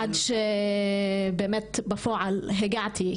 עד שבאמת בפועל הגעתי,